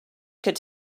could